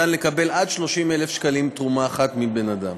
אפשר לקבל עד 30,000 שקלים תרומה אחת מבן-אדם.